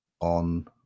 on